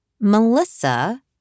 Melissa